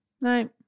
no